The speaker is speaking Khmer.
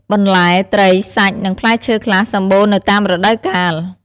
បន្លែ ត្រី សាច់ និងផ្លែឈើខ្លះសម្បូរនៅតាមរដូវកាល។